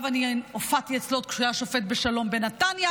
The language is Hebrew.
אני הופעתי אצלו עוד כשהוא היה שופט בשלום בנתניה,